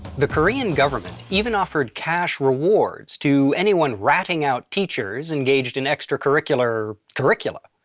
the korean government even offered cash rewards to anyone ratting-out teachers engaged in extra-curricular. curricula.